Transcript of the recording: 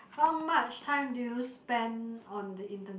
how much time do you spend on the Internet